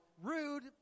Rude